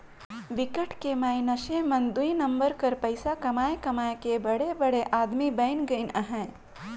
बिकट के मइनसे मन दुई नंबर कर पइसा कमाए कमाए के बड़े बड़े आदमी बइन गइन अहें